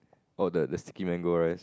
or the the sticky mango rice